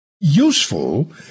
useful